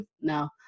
no